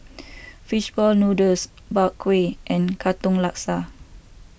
Fish Ball Noodles Bak Kwa and Katong Laksa